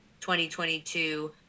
2022